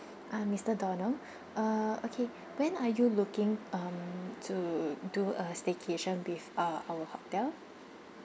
uh mister donald uh okay when are you looking um to do a staycation with uh our hotel